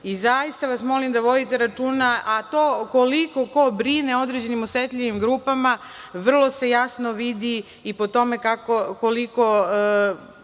razvoju. Zaista vas molim da vodite računa. A to koliko ko brine o određenim osetljivim grupama, vrlo se jasno vidi i po tome koliko